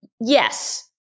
yes